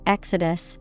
Exodus